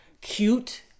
cute